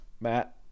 matt